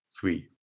three